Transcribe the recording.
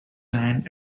land